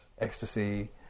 ecstasy